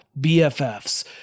BFFs